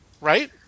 right